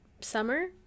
summer